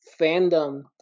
fandom